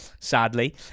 sadly